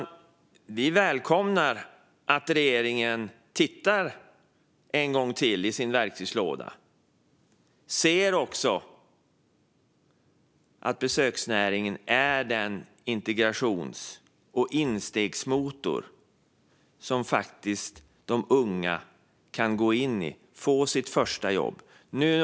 Vi socialdemokrater välkomnar att regeringen tittar en gång till i sin verktygslåda och även ser att besöksnäringen är en integrations och instegsmotor där de unga kan få sina första jobb.